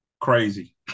crazy